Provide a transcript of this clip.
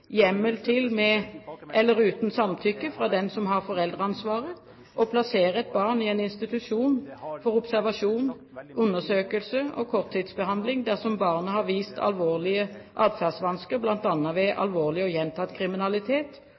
hjemmel til – med eller uten samtykke fra den som har foreldreansvaret – å plassere et barn i en institusjon for observasjon, undersøkelse og korttidsbehandling dersom barnet har vist alvorlige atferdsvansker, bl.a. ved alvorlig og gjentatt kriminalitet